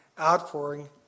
outpouring